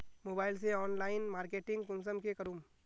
Mobile से online marketing कुंसम के करूम?